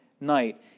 night